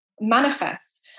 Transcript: manifests